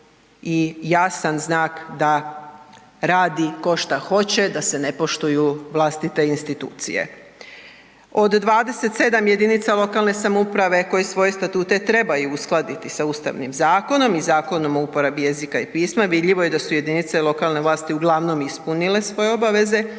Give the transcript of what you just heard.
i jasan znak da radi ko šta hoće, da se ne poštuju vlastite institucije. Od 27 jedinica lokalne samouprave koje svoje statute trebaju uskladiti sa Ustavnim zakonom i Zakonom o uporabi jezika i pisma, vidljivo je da su jedinice lokalne vlasti uglavnom ispunile svoje obaveze